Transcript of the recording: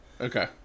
Okay